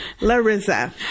Larissa